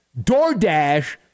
DoorDash